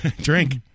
drink